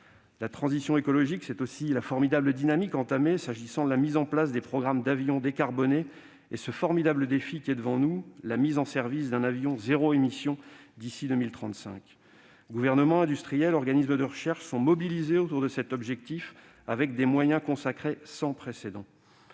La transition écologique, c'est aussi la formidable dynamique entamée pour la mise en place des programmes d'avion décarboné et ce formidable défi que constitue la mise en service d'un avion « zéro émission » d'ici à 2035. Gouvernement, industriels, organismes de recherche sont mobilisés autour de cet objectif avec des moyens sans précédent.